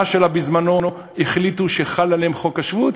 שלה בזמנו החליטו שחל עליהם חוק השבות.